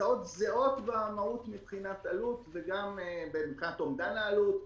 מדובר בהצעות זהות במהות מבחינת עלות וגם מבחינת אומדן העלות,